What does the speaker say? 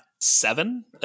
seven